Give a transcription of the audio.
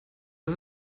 das